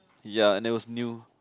ya and it was new